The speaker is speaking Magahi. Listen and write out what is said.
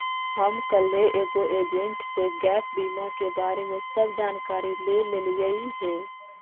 हम कलहे एगो एजेंट से गैप बीमा के बारे में सब जानकारी ले लेलीअई हे